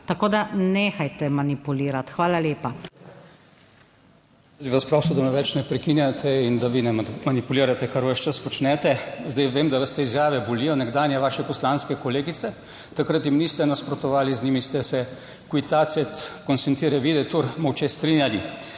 Tako da nehajte manipulirati. Hvala lepa. ZVONKO ČERNAČ (PS SDS): Jaz bi vas prosil, da me več ne prekinjate, in da vi ne manipulirate, kar ves čas počnete. Zdaj vem, da vas te izjave bolijo, nekdanje vaše poslanske kolegice. Takrat jim niste nasprotovali, z njimi ste se "Quitacet concentrevide tir" molče strinjali.